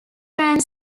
grand